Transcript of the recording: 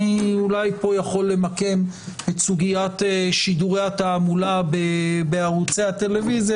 אולי פה אני יכול למקם את סוגיית שידורי התעמולה בערוצי הטלוויזיה,